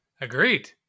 Agreed